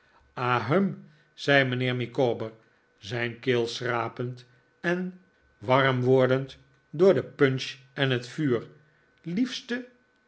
ahem zei mijnheer micawber zijn keel schrapend en warm wordend door de punch en het vuur liefje